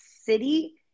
city